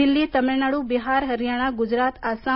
Delhi Tamil Nadu Bihar Haryana Gujarat Assam